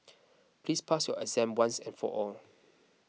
please pass your exam once and for all